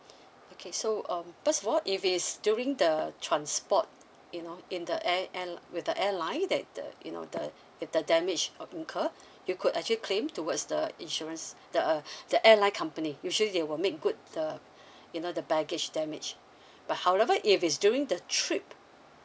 okay so um first of all if it's during the transport you know in the air air with the airline that uh you know the if the damage or incurred you could actually claim towards the insurance the uh the airline company usually they will make good the you know the baggage damage but however if it's during the trip